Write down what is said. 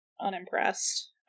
unimpressed